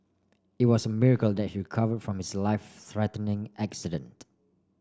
it was a miracle that he recovered from his life threatening accident